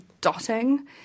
dotting